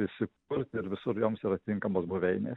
įsikurti ir visur joms yra tinkamos buveinės